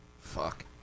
Fuck